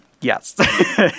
yes